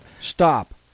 Stop